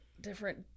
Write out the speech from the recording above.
different